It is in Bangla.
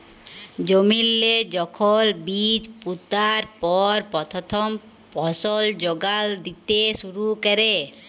জমিল্লে যখল বীজ পুঁতার পর পথ্থম ফসল যোগাল দ্যিতে শুরু ক্যরে